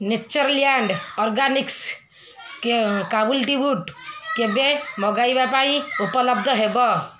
Natureland organics କାବୁଲି ବୁଟ କେବେ ମଗାଇବା ପାଇଁ ଉପଲବ୍ଧ ହେବ